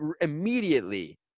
immediately